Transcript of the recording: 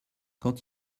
quand